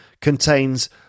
contains